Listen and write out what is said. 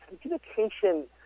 communication